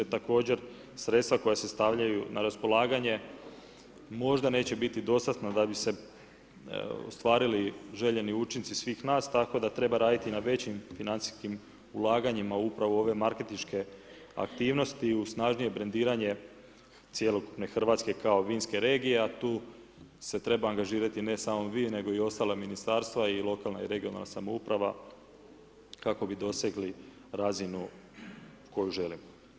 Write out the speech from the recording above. Također sredstva koja se stavljaju na raspolaganje možda neće biti dostatna da bi se ostvarili željeni učinci svih nas tako da treba raditi na većim financijskim ulaganjima upravo ove marketinške i uz snažnije brendiranje cjelokupne Hrvatske kao vinske regije a tu se treba angažirati ne samo vi nego i ostala ministarstva i lokalna i regionalna samouprava kako bi dosegli razinu koju želimo.